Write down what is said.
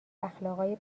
اخلاقای